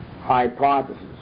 hypothesis